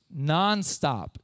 nonstop